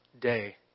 day